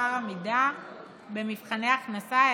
לאחר עמידה במבחני הכנסה,